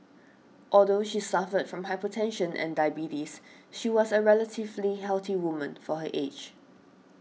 although she suffered from hypertension and diabetes she was a relatively healthy woman for her age